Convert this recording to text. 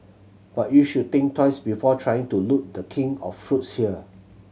but you should think twice before trying to loot The King of fruits here